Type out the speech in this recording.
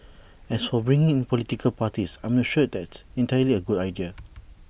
as for bringing in political parties I'm not sure that's entirely A good idea